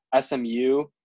SMU